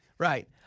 Right